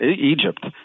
Egypt